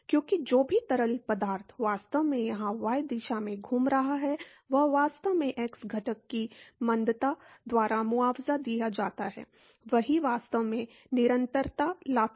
क्योंकि जो भी तरल पदार्थ वास्तव में यहाँ y दिशा में घूम रहा है वह वास्तव में x घटक वेग की मंदता द्वारा मुआवजा दिया जाता है वही वास्तव में निरंतरता लाता है